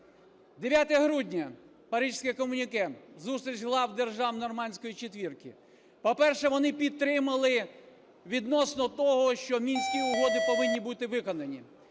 грудня: Паризьке комюніке, зустріч глав держав "нормандської четвірки". По-перше, вони підтримали відносно того, що Мінські угоди повинні бути виконані.